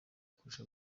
kurusha